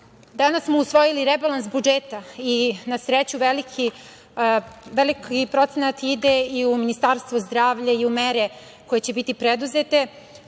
danas usvojili rebalans budžeta i na sreću veliki procenat ide i u Ministarstvo zdravlja i u mere koje će biti preduzete,